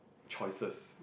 choices